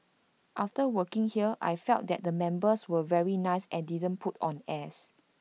after working here I felt that the members were very nice and didn't put on airs